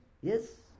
Yes